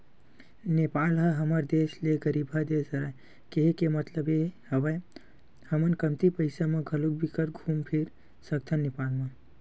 नेपाल ह हमर देस ले गरीबहा देस हरे, केहे के मललब ये हवय हमन कमती पइसा म घलो बिकट घुम फिर सकथन नेपाल म